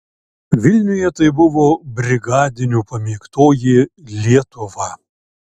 vilniuje tai buvo brigadinių pamėgtoji lietuva